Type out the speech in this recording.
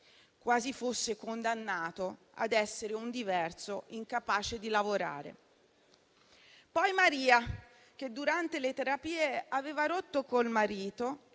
quasi fosse condannato a essere un diverso, incapace di lavorare. Poi cito Maria, che durante le terapie ha rotto col marito